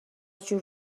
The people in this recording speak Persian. جور